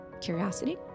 curiosity